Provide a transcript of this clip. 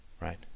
right